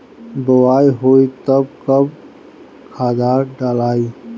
बोआई होई तब कब खादार डालाई?